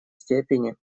степени